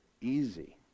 easy